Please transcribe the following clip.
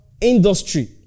industry